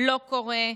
לא קורה.